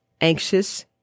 anxious